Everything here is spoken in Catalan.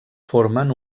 formen